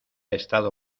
estado